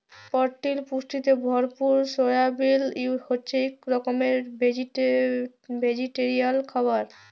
পরটিল পুষ্টিতে ভরপুর সয়াবিল হছে ইক রকমের ভেজিটেরিয়াল খাবার